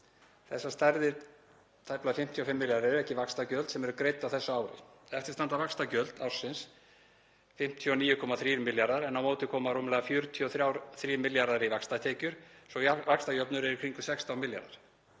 Þessar stærðir, tæplega 55 milljarðar, eru ekki vaxtagjöld sem eru greidd á þessu ári. Eftir standa vaxtagjöld ársins, 59,3 milljarðar, en á móti koma rúmlega 43 milljarðar í vaxtatekjur svo vaxtajöfnuður er í kringum 16 milljarðar.